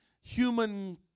human